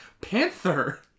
Panther